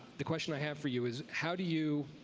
the question i have for you is, how do you